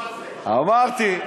אמרתי,